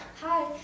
Hi